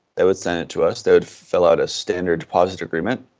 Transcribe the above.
they would send it to us, they would fill out a standard deposit agreement,